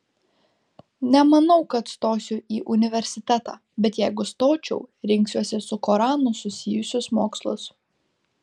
nemanau kad stosiu į universitetą bet jeigu stočiau rinksiuosi su koranu susijusius mokslus